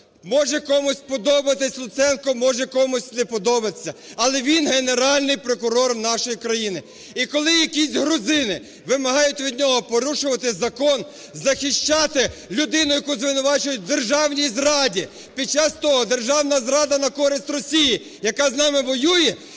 Може комусь подобатись Луценко, може комусь не подобатися, але він – Генеральний прокурор нашої країни і коли якісь грузини вимагають від нього порушувати закон, захищати людину, яку звинувачують в державній зраді, під час того державна зрада на користь Росії, яка з нами воює,